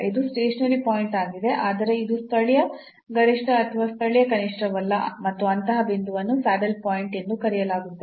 ಇದು stationary point ಆಗಿದೆ ಆದರೆ ಇದು ಸ್ಥಳೀಯ ಗರಿಷ್ಠ ಅಥವಾ ಸ್ಥಳೀಯ ಕನಿಷ್ಠವಲ್ಲ ಮತ್ತು ಅಂತಹ ಬಿಂದುವನ್ನು ಸ್ಯಾಡಲ್ ಪಾಯಿಂಟ್ ಎಂದು ಕರೆಯಲಾಗುತ್ತದೆ